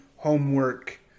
homework